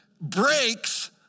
breaks